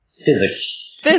Physics